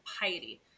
piety